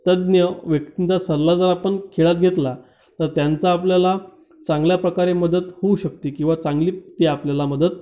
तज्ज्ञ व्यक्तींचा सल्ला जर आपण खेळात घेतला तर त्यांचा आपल्याला चांगल्या प्रकारे मदत होऊ शकते किंवा चांगली ती आपल्याला मदत